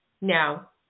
Now